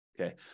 okay